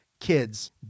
kids